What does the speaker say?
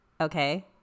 okay